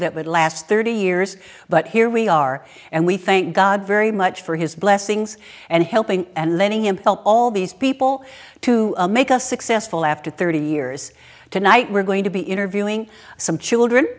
that would last thirty years but here we are and we thank god very much for his blessings and helping and letting him felt all these people to make us successful after thirty years tonight we're going to be interviewing some children